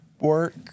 work